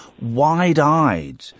wide-eyed